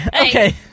Okay